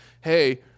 Hey